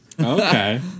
Okay